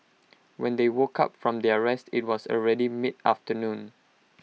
when they woke up from their rest IT was already mid afternoon